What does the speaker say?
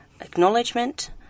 acknowledgement